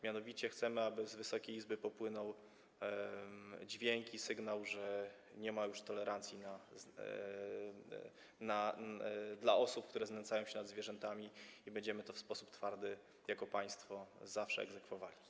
Mianowicie chcemy, aby z Wysokiej Izby popłynął dźwięk, sygnał, że nie ma już tolerancji dla osób, które znęcają się nad zwierzętami, i będziemy to w sposób twardy jako państwo zawsze egzekwowali.